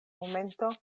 momento